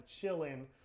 chilling